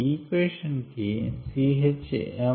Practice problem 5